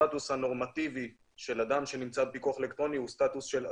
שהסטטוס הנורמטיבי של אדם שנמצא בפיקוח אלקטרוני הוא סטטוס של עצור,